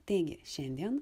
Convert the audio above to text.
teigi šiandien